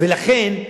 ולכן,